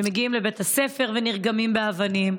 שמגיעים לבית הספר ונרגמים באבנים,